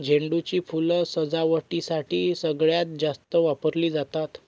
झेंडू ची फुलं सजावटीसाठी सगळ्यात जास्त वापरली जातात